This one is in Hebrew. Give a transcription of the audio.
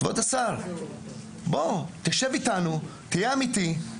כבוד השר, שב איתנו, תהיה אמיתי,